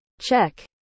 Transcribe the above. Check